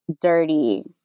dirty